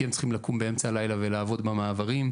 כי הם צריכים לקום באמצע הלילה ולעבוד במעברים.